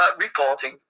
reporting